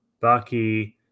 Bucky